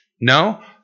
No